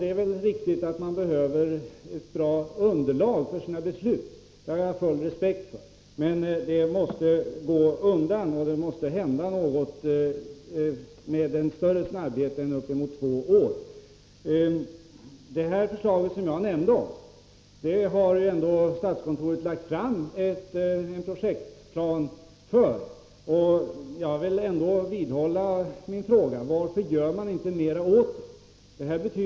Det är väl riktigt att man behöver ett bra underlag för sina beslut — det har jag all respekt för. Men det måste gå undan. Det måste hända något med en större snabbhet. Vi har nu väntat uppemot två år. Det förslag som jag nämnde har ändå statskontoret lagt fram en projektplan för. Jag upprepar min fråga: Varför gör man inte mera åt detta förslag?